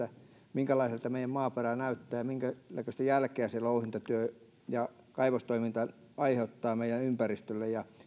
minkälaiselta meidän maaperä näyttää ja minkä näköistä jälkeä louhintatyö ja kaivostoiminta aiheuttavat meidän ympäristölle